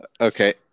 Okay